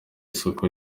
isoko